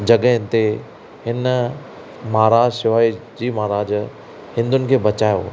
जॻह ते हिन महाराज शिवाजी महाराज हिंदुनि खे बचायो